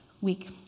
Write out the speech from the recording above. week